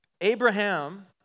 Abraham